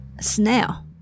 Snail